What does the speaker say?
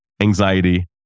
anxiety